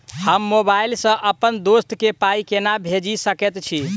हम मोबाइल सअ अप्पन दोस्त केँ पाई केना भेजि सकैत छी?